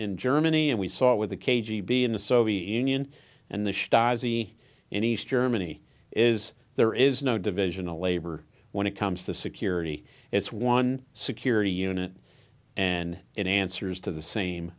in germany and we saw with the k g b in the soviet union and the stasi in east germany is there is no divisional labor when it comes to security it's one security unit and in answers to the same